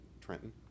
Trenton